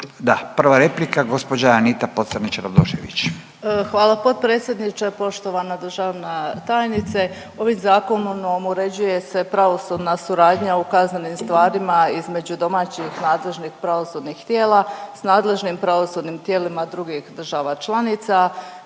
da prva replika gospođa Anita Pocrnić Radošević. **Pocrnić-Radošević, Anita (HDZ)** Hvala potpredsjedniče. Poštovana državna tajnice ovim zakonom uređuje se pravosudna suradnja u kaznenim stvarima između domaćih nadležnih pravosudnih tijela s nadležnim pravosudnim tijelima drugih država članica.